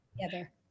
together